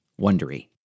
wondery